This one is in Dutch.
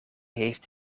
heeft